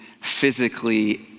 physically